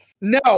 No